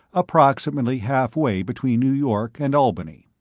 approximately halfway between new york and albany.